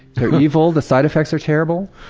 they're evil, the side effects are terrible.